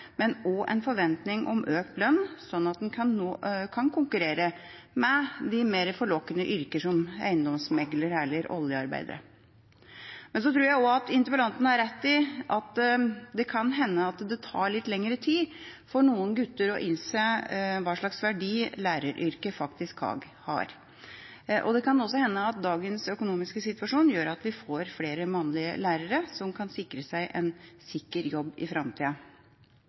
men også en forventning om økt lønn, slik at en kan konkurrere med mer forlokkende yrker, som eiendomsmegler og oljearbeider. Men jeg tror også at interpellanten har rett i at det kan hende at det tar litt lenger tid for noen gutter å innse hva slags verdi læreryrket faktisk har. Det kan også hende at dagens økonomiske situasjon gjør at vi får flere mannlige lærere, som kan sikre seg en sikker jobb i framtida.